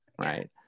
right